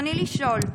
רצוני לשאול: